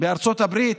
בארצות הברית?